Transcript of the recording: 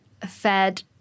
fed